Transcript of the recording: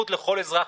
שירותי